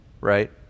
Right